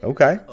Okay